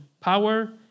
power